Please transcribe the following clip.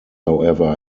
however